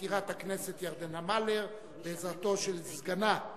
מזכירת הכנסת ירדנה מלר ובעזרתו של סגנה.